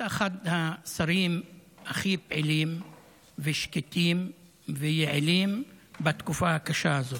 אתה אחד השרים הכי פעילים ושקטים ויעילים בתקופה הקשה הזאת.